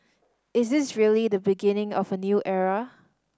is this really the beginning of a new era